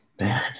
Man